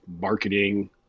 marketing